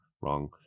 wrong